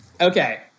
Okay